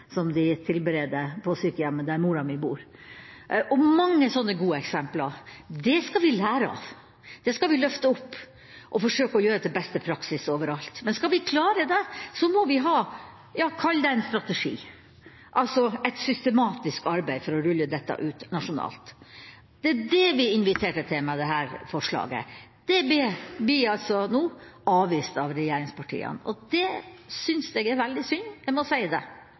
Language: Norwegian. som de tilbereder på sykehjemmet der mora mi bor. Vi har mange sånne gode eksempler. Det skal vi lære av. Det skal vi løfte opp og forsøke å gjøre til beste praksis overalt. Men skal vi klare det, må vi ha – kall det – en strategi, altså et systematisk arbeid for å rulle dette ut nasjonalt. Det er det vi inviterer til med dette forslaget. Det blir altså nå avvist av regjeringspartiene, og det synes jeg er veldig synd. Det må jeg si.